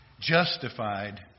justified